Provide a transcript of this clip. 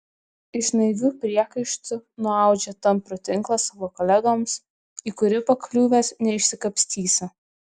iš naivių priekaištų nuaudžia tamprų tinklą savo kolegoms į kurį pakliuvęs neišsikapstysi